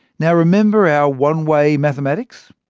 now remember our one-way mathematics,